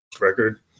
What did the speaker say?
record